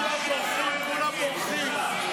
כולם בורחים.